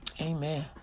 Amen